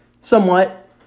somewhat